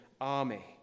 army